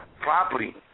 property